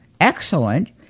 excellent